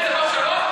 שלום?